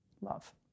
Love